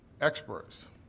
experts